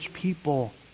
people